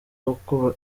uko